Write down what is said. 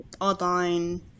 online